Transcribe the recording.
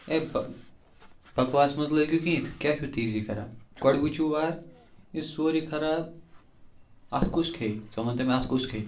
A بَکواس مہٕ حظ لٲگِو کِہیٖنۍ تُہۍ کیٛازِ چھُ تیٖزی کَران گۄڈٕ وٕچھِو وارٕ یہِ چھُ سورُے خراب اَتھ کُس کھیٚیہِ ژٕ وَنتہٕ مےٚ اَتھ کُس کھیٚیہِ